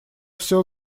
все